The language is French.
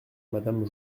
madame